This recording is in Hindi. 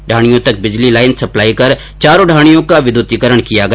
ढाणियों तक बिजली लाइन सप्लाई कर चारों ढाणियों का विद्युतीकरण किया गया